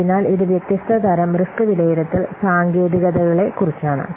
അതിനാൽ ഇത് വ്യത്യസ്ത തരം റിസ്ക് വിലയിരുത്തൽ സാങ്കേതികതകളെക്കുറിച്ചാണ്